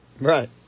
Right